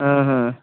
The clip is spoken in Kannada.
ಆಂ ಹಾಂ